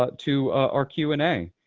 but to our q and a.